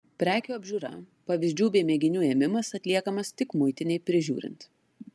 prekių apžiūra pavyzdžių bei mėginių ėmimas atliekamas tik muitinei prižiūrint